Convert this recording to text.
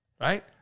Right